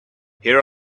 here